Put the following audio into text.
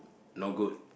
no good